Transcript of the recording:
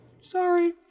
Sorry